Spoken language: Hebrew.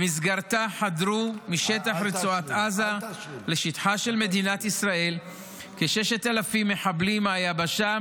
חדרו משטח רצועת עזה לשטחה של מדינת ישראל כ-6,000 מחבלים מהיבשה,